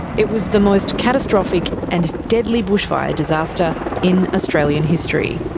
it was the most catastrophic and deadly bushfire disaster in australian history.